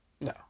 no